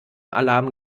alarm